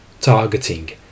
targeting